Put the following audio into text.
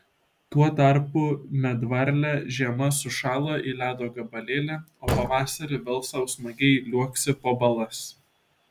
tuo tarpu medvarlė žiemą sušąla į ledo gabalėlį o pavasarį vėl sau smagiai liuoksi po balas